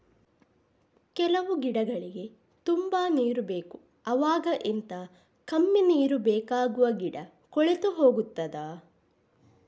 ಕೆಲವು ಗಿಡಗಳಿಗೆ ತುಂಬಾ ನೀರು ಬೇಕು ಅವಾಗ ಎಂತ, ಕಮ್ಮಿ ನೀರು ಬೇಕಾಗುವ ಗಿಡ ಕೊಳೆತು ಹೋಗುತ್ತದಾ?